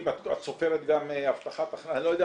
אם את סופרת גם הבטחת --- לא יודע,